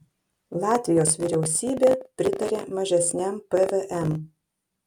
latvijos vyriausybė pritarė mažesniam pvm